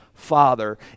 father